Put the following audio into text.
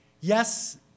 Yes